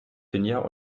finja